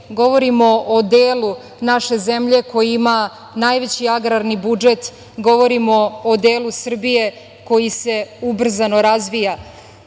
govorimo o delu naše zemlje koji ima najveći agrarni budžet, govorimo o delu Srbije koji se ubrzano razvija. Naime,